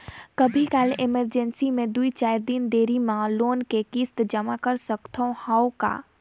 कभू काल इमरजेंसी मे दुई चार दिन देरी मे लोन के किस्त जमा कर सकत हवं का?